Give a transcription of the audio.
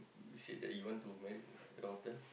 said that you want to married your turn